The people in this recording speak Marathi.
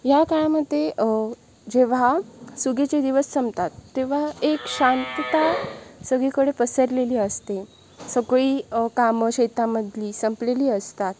या काळामध्ये जेव्हा सुगीचे दिवस संपतात तेव्हा एक शांतता सगळीकडे पसरलेली असते सगळी कामं शेतामधली संपलेली असतात